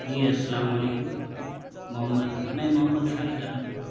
جی السلام علیکم محمد میں محمد شاہد عالم بول رہا ہوں